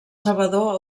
salvador